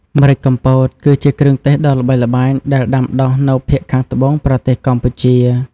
ម្រេចកំពត គឺជាគ្រឿងទេសដ៏ល្បីល្បាញ ដែលដាំដុះនៅភាគខាងត្បូងប្រទេសកម្ពុជា។